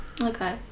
Okay